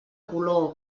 color